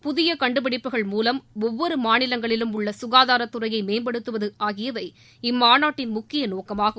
புதிய கண்டுபிடிப்புகள் மூவம் ஒவ்வொரு மாநிலங்களிலும் உள்ள சுகாதாரத் துறையை மேம்படுத்துவது ஆகியவை இம்மாநாட்டின் முக்கிய நோக்கமாகும்